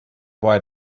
why